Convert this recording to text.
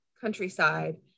countryside